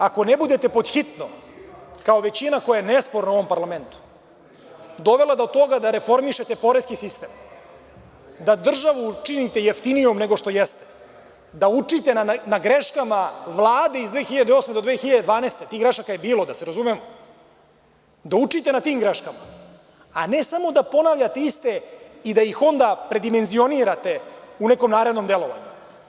Ako ne budete pod hitno, kao većina, koja je nesporna u ovom parlamentu, dovela do toga da reformišete poreski sistem, da državu činite jeftinijom nego što jeste, da učite na greškama Vlade iz 2008. do 2012. godine, tih grešaka je bilo, da se razumemo, da učite na tim greškama, a ne samo da ponavljate iste i da ih onda predimenzionirate u nekom narednom delovanju.